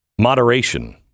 Moderation